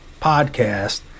podcast